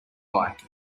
bike